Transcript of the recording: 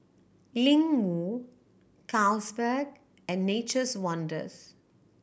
Ling Wu Carlsberg and Nature's Wonders